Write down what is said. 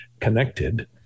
connected